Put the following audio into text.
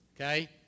Okay